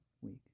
week